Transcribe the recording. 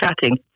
chatting